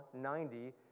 90